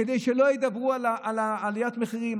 כדי שלא ידברו על עליית מחירים,